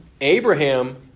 Abraham